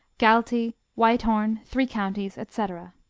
galtee, whitehorn, three counties, etc.